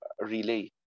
relay